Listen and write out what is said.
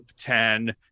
ten